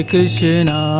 Krishna